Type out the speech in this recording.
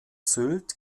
sylt